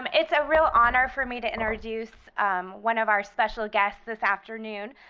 um it's a real honor for me to introduce one of our special guests this afternoon.